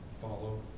follow